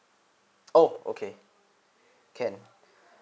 oh okay can